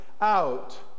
out